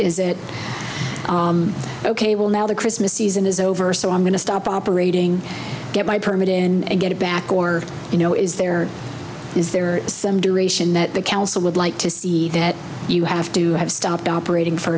it ok well now the christmas season is over so i'm going to stop operating get my permit in and get it back or you know is there is there some duration that the council would like to see that you have to have stopped operating for